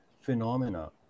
phenomena